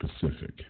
Pacific